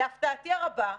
להפתעתי הרבה,